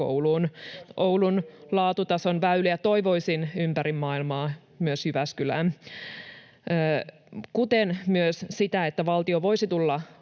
Oulun laatutason väyliä toivoisin ympäri maailmaa — myös Jyväskylään. Kuten myös sitä, että valtio voisi tulla